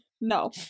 No